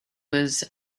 was